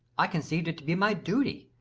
i conceived it to be my duty.